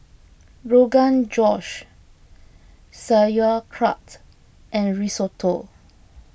Rogan Josh Sauerkraut and Risotto